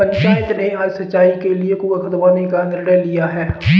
पंचायत ने आज सिंचाई के लिए कुआं खुदवाने का निर्णय लिया है